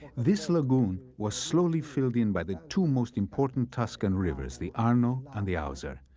this lagoon was slowly filled in by the two most important tuscan rivers. the arno and the auser.